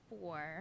four